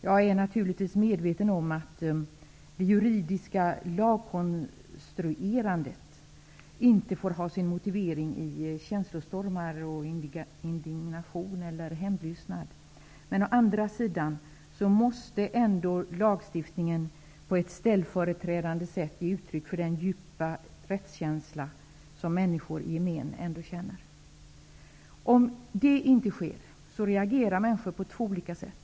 Jag är naturligtvis medveten om att det juridiska lagkonstruerandet inte får ha sin motivering i känslostormar, indignation eller hämndlystnad. Men lagstiftningen måste ändock på ett ställföreträdande sätt ge uttryck för den djupa rättskänsla som människor i gemen ändå känner. Om det inte sker reagerar människor på två olika sätt.